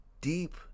deep